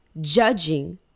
judging